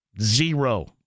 Zero